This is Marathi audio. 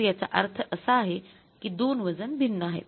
तर याचा अर्थ असा आहे की दोन वजन भिन्न आहेत